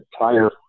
entire